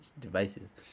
devices